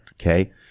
okay